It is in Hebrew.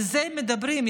על זה הם מדברים,